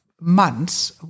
months